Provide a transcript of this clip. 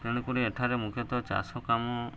ତେଣୁକରି ଏଠାରେ ମୁଖ୍ୟତଃ ଚାଷ କାମ